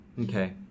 Okay